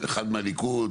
אחד מהליכוד.